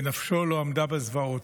ונפשו לא עמדה בזוועות.